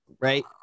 right